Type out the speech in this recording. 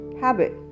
habit